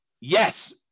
Yes